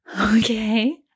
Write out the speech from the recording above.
Okay